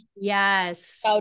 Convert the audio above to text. Yes